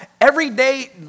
everyday